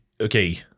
okay